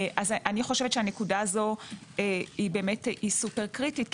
אני חושבת שהנקודה הזאת היא סופר קריטית.